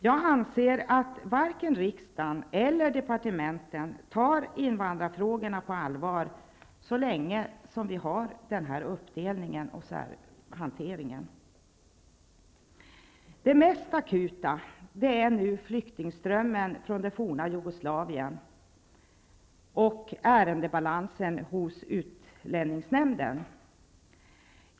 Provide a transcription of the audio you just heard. Jag anser att varken riksdagen eller departementen tar invandrarfrågorna på allvar så länge som vi har den uppdelningen och särhanteringen. Det mest akuta är nu flyktingströmmen från det forna Jugoslavien och ärendebalansen hos utlänningsnämnden.